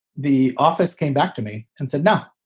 the office came back to me and said, no,